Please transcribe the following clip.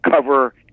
cover